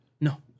No